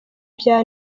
vya